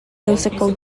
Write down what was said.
musical